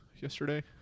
yesterday